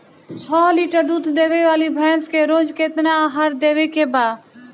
छह लीटर दूध देवे वाली भैंस के रोज केतना आहार देवे के बा?